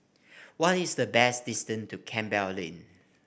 what is the best distance to Campbell Lane